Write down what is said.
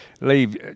leave